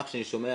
שומע,